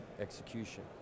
execution